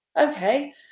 okay